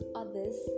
others